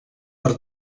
per